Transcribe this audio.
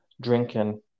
drinking